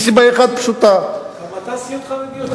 מסיבה אחת פשוטה, גם אתה סיעות חרדיות?